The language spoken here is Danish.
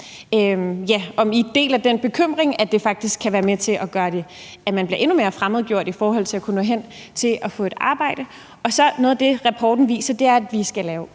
om I deler den bekymring, at det faktisk kan være med til at gøre, at man bliver endnu mere fremmedgjort i forhold til at kunne nå hen til at få et arbejde. Og noget af det, rapporten viser, er, at vi skal lave